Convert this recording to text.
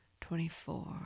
twenty-four